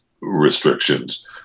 restrictions